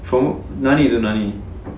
from 哪里 to 哪里